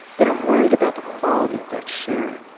but i'm worried about the quality of that sharing,